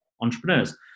entrepreneurs